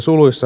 rkp